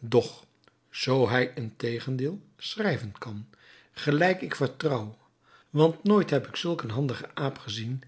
doch zoo hij integendeel schrijven kan gelijk ik vertrouw want nooit heb ik zulk een handigen aap gezien